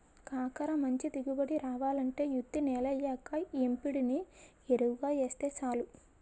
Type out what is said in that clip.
కాకర మంచి దిగుబడి రావాలంటే యిత్తి నెలయ్యాక యేప్పిండిని యెరువుగా యేస్తే సాలు